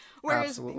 Whereas